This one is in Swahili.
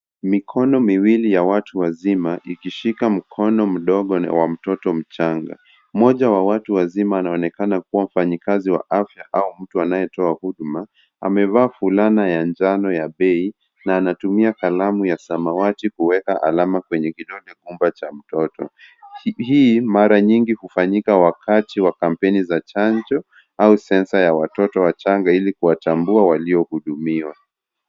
Mikono miwili ya watu wazima ikishika mkono mdogo wa mtoto mchanga. Mmoja wa watu wazima anaonekana kuwa mfanyikazi wa afya au mtu anayetoa huduma. Amevaa fulana ya njano ya bei na anatumia kalamu ya samawati kuweka alama kwenye kidole gumba cha mtoto. Hii mara nyingi hufanyika wakati wa kampeni za chanjo au sensa ya watoto wachanga ili kuwatambua waliohudumiwa.